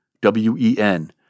W-E-N